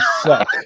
suck